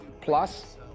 plus